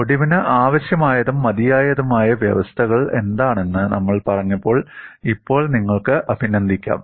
ഒടിവിന് ആവശ്യമായതും മതിയായതുമായ വ്യവസ്ഥകൾ എന്താണെന്ന് നമ്മൾ പറഞ്ഞപ്പോൾ ഇപ്പോൾ നിങ്ങൾക്ക് അഭിനന്ദിക്കാം